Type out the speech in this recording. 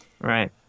Right